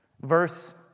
Verse